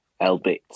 Elbit